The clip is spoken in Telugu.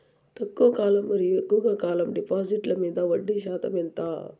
తక్కువ కాలం మరియు ఎక్కువగా కాలం డిపాజిట్లు మీద వడ్డీ శాతం ఎంత?